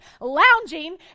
lounging